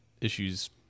issues